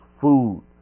food